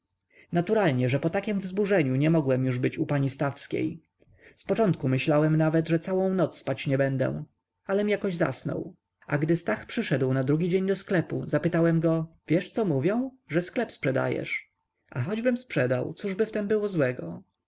naturalnie że po takiem wzburzeniu nie mogłem już być u pani stawskiej zpoczątku myślałem nawet że całą noc spać nie będę alem jakoś zasnął a gdy stach przyszedł na drugi dzień do sklepu zapytałem go wiesz co mówią że sklep sprzedajesz a choćbym sprzedał cóżby w tem było złego